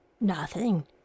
Nothing